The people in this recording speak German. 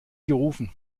gerufen